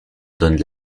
donnent